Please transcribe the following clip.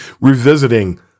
revisiting